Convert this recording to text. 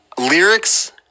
lyrics